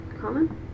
common